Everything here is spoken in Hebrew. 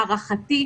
להערכתי,